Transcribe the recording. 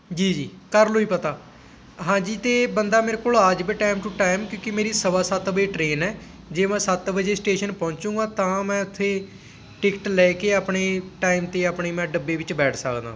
ਜੀ ਜੀ ਕਰ ਲਉ ਜੀ ਪਤਾ ਹਾਂਜੀ ਅਤੇ ਬੰਦਾ ਮੇਰੇ ਕੋਲ ਆ ਜਾਵੇ ਟਾਈਮ ਟੂ ਟਾਈਮ ਕਿਉਂਕਿ ਮੇਰੀ ਸਵਾ ਸੱਤ ਵਜੇ ਟ੍ਰੇਨ ਹੈ ਜੇ ਮੈਂ ਸੱਤ ਵਜੇ ਸਟੇਸ਼ਨ ਪਹੁੰਚੂਗਾ ਤਾਂ ਮੈਂ ਉੱਥੇ ਟਿਕਟ ਲੈ ਕੇ ਆਪਣੇ ਟਾਈਮ 'ਤੇ ਆਪਣੇ ਮੈਂ ਡੱਬੇ ਵਿੱਚ ਬੈਠ ਸਕਦਾ